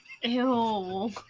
Ew